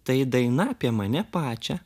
tai daina apie mane pačią